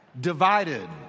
divided